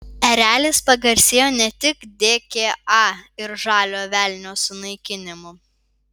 erelis pagarsėjo ne tik dka ir žalio velnio sunaikinimu